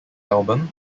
album